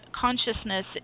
consciousness